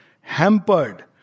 hampered